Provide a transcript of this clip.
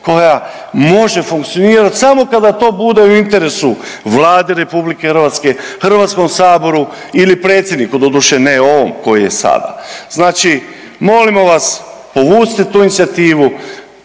koja može funkcionirati samo kada to bude u interesu Vlade Republike Hrvatske, Hrvatskom saboru ili predsjedniku doduše ne ovom koji je sada. Znači molimo vas povucite tu inicijativu,